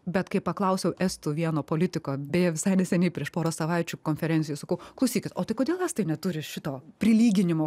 bet kai paklausiau estų vieno politiko beje visai neseniai prieš porą savaičių konferencijoj sakau klausykit o tai kodėl estai neturi šito prilyginimo